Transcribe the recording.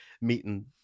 meeting